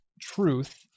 truth